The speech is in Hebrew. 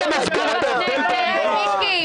מיקי,